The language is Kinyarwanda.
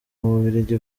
bubiligi